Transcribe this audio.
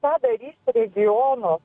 ką darys regionų